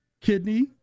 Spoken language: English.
Kidney